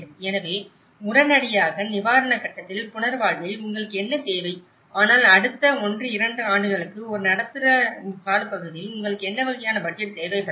எனவே உடனடியாக நிவாரண கட்டத்தில் புனர்வாழ்வில் உங்களுக்கு என்ன தேவை ஆனால் அடுத்த 1 2 ஆண்டுகளுக்கு ஒரு நடுத்தர காலப்பகுதியில் உங்களுக்கு என்ன வகையான பட்ஜெட் தேவைப்படலாம்